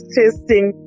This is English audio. testing